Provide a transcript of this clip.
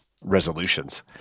resolutions